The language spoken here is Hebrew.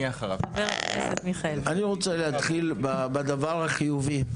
אני רוצה להתחיל בדבר החיובי.